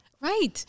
Right